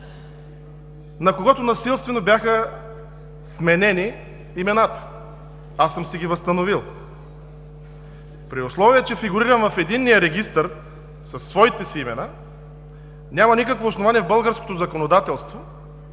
на които насилствено бяха сменени имената. Аз съм си ги възстановил. При условие че фигурирам в Единния регистър със своите си имена, няма никакво основание в българското законодателство